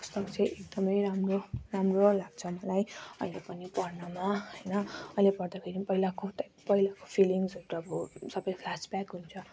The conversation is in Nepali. पुस्तक चाहिँ एकदम राम्रो राम्रो लाग्छ मलाई अहिले पनि पढ्नमा होइन अहिले पढ्दा फेरि पहिलाको त्यो पहिलेको फिलिङ्सहरू एउटा अब सबै फ्लास ब्याक हुन्छ